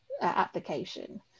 application